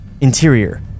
Interior